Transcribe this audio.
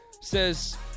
says